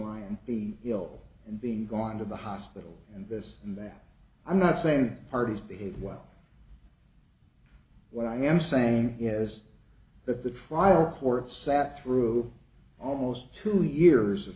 lyne be ill and being gone to the hospital and this and that i'm not saying parties behaved well what i am saying is that the trial court sat through almost two years of